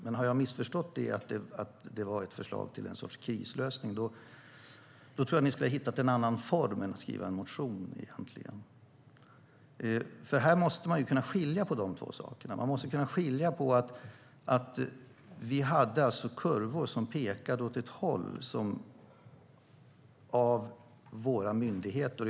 Men har jag missförstått och det var ett förslag till en sorts krislösning tror jag att ni skulle ha hittat en annan form än att skriva en motion. Vi måste kunna skilja på dessa båda saker. I höstas hade vi kurvor som pekade åt ett håll.